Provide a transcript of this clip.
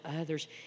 others